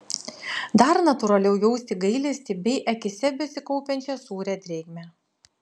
dar natūraliau jausti gailestį bei akyse besikaupiančią sūrią drėgmę